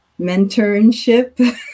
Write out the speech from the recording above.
mentorship